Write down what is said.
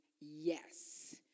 yes